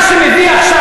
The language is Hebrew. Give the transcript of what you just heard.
מה שמביאים עכשיו,